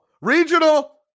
regional